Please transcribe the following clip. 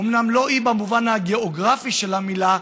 אומנם לא אי במובן הגיאוגרפי של המילה,